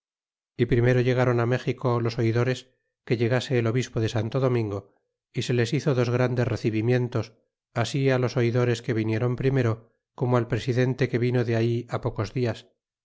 y primero llegron méxico los oidores que llegase el obispo de santo domingo y se les hizo dos grandes recibimientos así los oidores que viniéron primero como al presidente que vino de ahí pocos dias